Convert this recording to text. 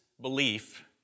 belief